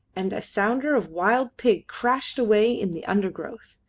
and a sounder of wild pig crashed away in the undergrowth.